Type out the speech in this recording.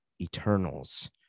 Eternals